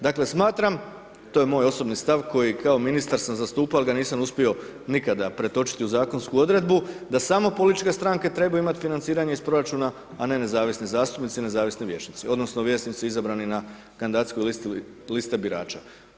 Dakle, smatram, to je moj osobni stav koji kao ministar sam zastupao ali ga nisam uspio nikada pretočiti u zakonsku odredbu, da samo političke stranke trebaju imati financiranje iz proračuna, a ne nezavisni zastupnici, nezavisni vijećnici odnosno vijećnici izabrani na kandidacijskoj listi birača.